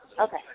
Okay